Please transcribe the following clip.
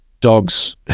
dogs